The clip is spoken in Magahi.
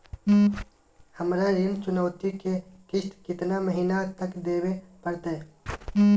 हमरा ऋण चुकौती के किस्त कितना महीना तक देवे पड़तई?